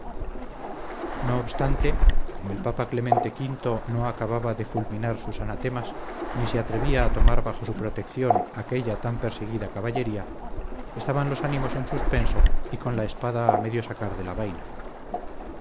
no obstante como el papa clemente v no acababa de fulminar sus anatemas ni se atrevía a tomar bajo su protección a aquella tan perseguida caballería estaban los ánimos en suspenso y con la espada a medio sacar de la vaina